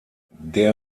der